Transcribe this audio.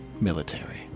military